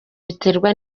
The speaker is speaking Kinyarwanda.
biterwa